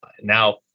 now